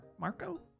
Marco